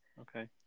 Okay